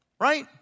right